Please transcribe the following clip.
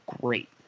great